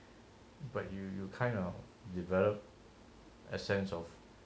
but you you kind of developed